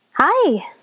Hi